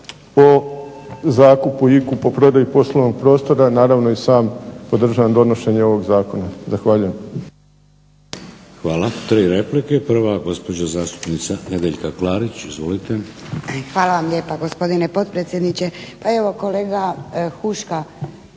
o zakupu i kupoprodaji poslovnog prostora, naravno i sam podržavam donošenje ovog zakona. Zahvaljujem. **Šeks, Vladimir (HDZ)** Hvala. Tri replike. Prva, gospođa zastupnica Nedjeljka Klarić. Izvolite. **Klarić, Nedjeljka (HDZ)** Hvala vam lijepa gospodine potpredsjedniče. Pa evo kolega Huška,